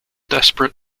desperate